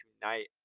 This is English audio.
tonight